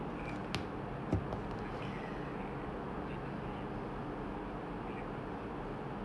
uh dah berapa lama like dah tak main collect berabuk